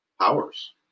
powers